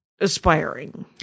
aspiring